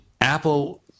Apple